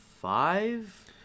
five